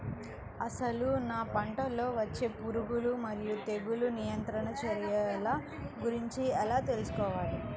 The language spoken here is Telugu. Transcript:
అసలు నా పంటలో వచ్చే పురుగులు మరియు తెగులుల నియంత్రణ చర్యల గురించి ఎలా తెలుసుకోవాలి?